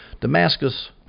Damascus